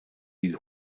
die